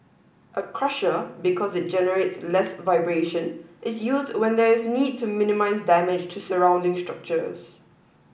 a crusher because it generates less vibration is used when there is a need to minimise damage to surrounding structures